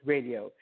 Radio